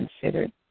considered